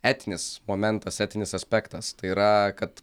etinis momentas etinis aspektas tai yra kad